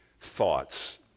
thoughts